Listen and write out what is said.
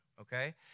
okay